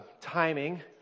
timing